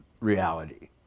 reality